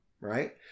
Right